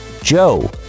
Joe